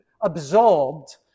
absorbed